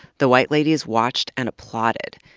the white ladies watched and applauded.